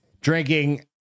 drinking